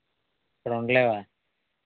ఇక్కడ ఉండలేవా